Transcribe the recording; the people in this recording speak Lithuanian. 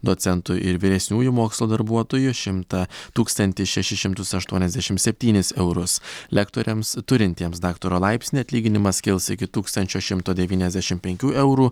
docentų ir vyresniųjų mokslo darbuotojų šimtą tūkstantį šešis šimtus aštuoniasdešim septynis eurus lektoriams turintiems daktaro laipsnį atlyginimas kils iki tūkstančio šimto devyniasdešim penkių eurų